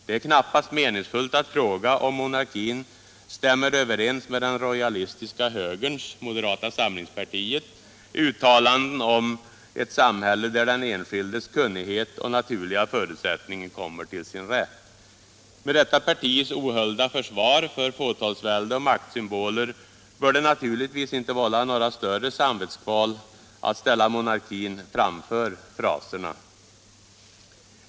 Det är knappast meningsfullt att fråga om monarkin stämmer överens med den rojalistiska högerns — moderata samlingspartiet — uttalanden om ”ett samhälle där den enskildes kunnighet och naturliga förutsättning kommer till sin rätt”. Med detta partis ohöljda försvar för fåtalsvälde och maktsymboler bör det naturligtvis inte vålla några större samvetskval att ställa monarkin framför fraserna.